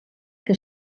que